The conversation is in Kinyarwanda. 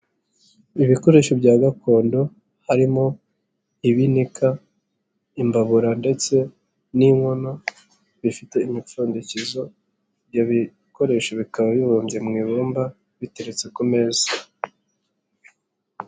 Ibikoresho bya gakondo harimo ibinika, imbabura ndetse n'inkono bifite imipfundikizo. Ibyo bikoresho bikaba bibumbye mu ibumba biteretse ku meza.